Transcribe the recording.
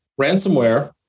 Ransomware